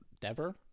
Dever